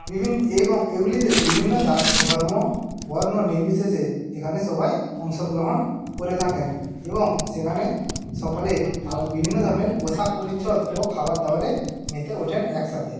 এবং এইগুলিতে বিভিন্ন জাতি ধর্ম বর্ণ নির্বিশেষে এখানে সবাই অংশগ্রহণ করে থাকেন এবং সেখানে সকলে আলা বিভিন্ন ধরনের পোশাক পরিচ্ছদ ও খাবারদাবারে মেতে ওঠেন একসাথে